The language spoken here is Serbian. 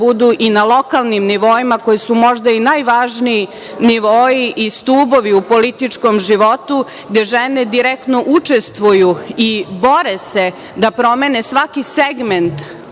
budu i na lokalnim nivoima, koji su možda i najvažniji nivoi i stubovi u političkom životu, gde žene direktno učestvuju i bore se da promene svaki segment